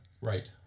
right